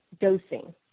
dosing